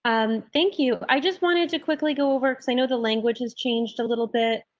and thank you, i just wanted to quickly go over because i know the language has changed a little bit.